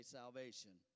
salvation